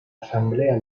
asamblea